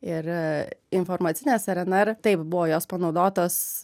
ir informacinės rnr taip buvo jos panaudotos